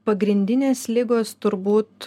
pagrindinės ligos turbūt